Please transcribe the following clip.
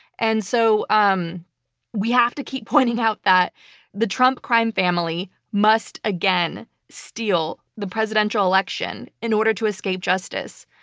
and so um we have to keep pointing out that the trump crime family must again steal the presidential election in order to escape justice.